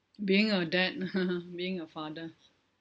being a dad being a father